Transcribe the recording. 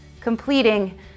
completing